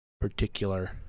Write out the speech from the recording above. particular